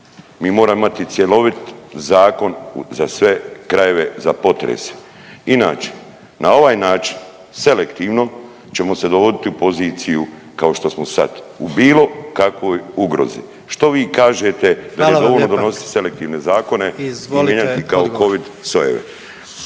Mi moramo imati cjelovit zakon za sve krajeve za potrese inače na ovaj način selektivno ćemo se dovoditi u poziciju kao što smo sad u bilo kakvoj ugrozi. Što vi kažete …/Upadica: Hvala vam lijepa./… je li dovoljno donositi selektivne zakone i mijenjati ih kao Covid sojeve?